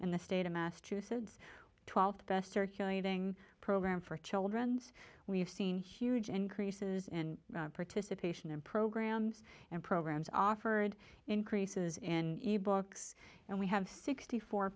in the state of massachusetts twelve best circulating program for children's we've seen huge increases in participation in programs and programs offered increases in e books and we have sixty four